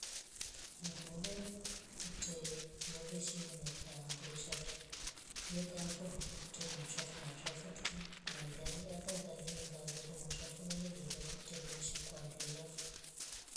Nguruve kutye lele shili maika ndoi chefu leka afu ngutwe mauchafu mashafu tikie na ilali hta ukalinga ndotye mashafu lele veila kutelesh kwa ndoilafu